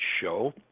show